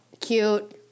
Cute